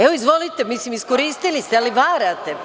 Evo, izvolite, mislim iskoristili ste, ali varate.